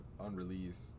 unreleased